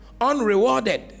unrewarded